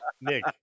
Nick